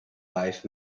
life